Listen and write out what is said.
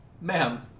Ma'am